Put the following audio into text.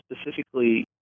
specifically